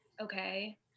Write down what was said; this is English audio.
okay